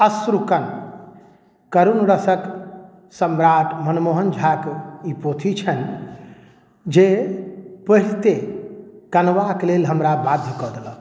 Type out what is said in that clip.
अश्रुकण करुण रसक सम्राट मनमोहन झाक ई पोथी छनि जे पढ़िते कनबा के लेल हमरा बाध्य कऽ देलक